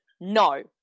no